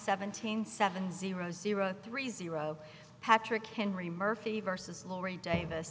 seventeen seven zero zero three zero patrick henry murphy versus lorri davis